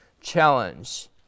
challenge